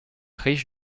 riche